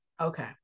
Okay